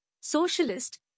socialist